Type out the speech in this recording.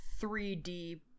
3D